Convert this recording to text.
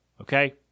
Okay